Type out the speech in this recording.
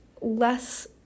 less